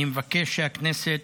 אני מבקש שהכנסת